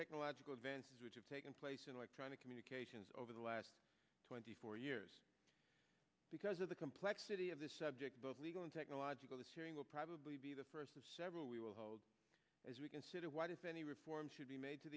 technological advances which have taken place in electronic communications over the last twenty four years because of the complexity of the subject both legal and technological this hearing will probably be the first of several we will hold as we consider what if any reforms should be made to